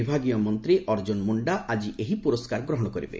ବିଭାଗୀୟ ମନ୍ତ୍ରୀ ଅର୍ଜ୍ଜୁନ ମୁଣ୍ଡା ଆଜି ଏହି ପୁରସ୍କାର ଗ୍ରହଣ କରିବେ